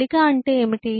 గుళిక అంటే ఏమిటి